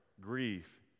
grief